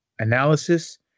analysis